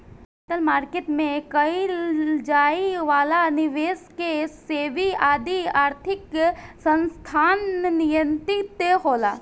capital market में कईल जाए वाला निबेस के सेबी आदि आर्थिक संस्थान नियंत्रित होला